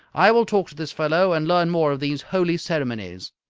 i will talk to this fellow and learn more of these holy ceremonies.